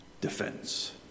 defense